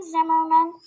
Zimmerman